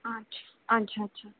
अच्छा अच्छा अच्छा